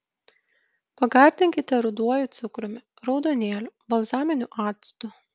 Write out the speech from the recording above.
pagardinkite ruduoju cukrumi raudonėliu balzaminiu actu